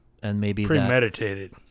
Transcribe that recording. Premeditated